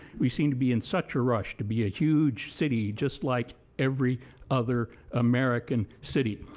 we seem to be in such a rush to be a huge city just like every other american city.